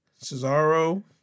Cesaro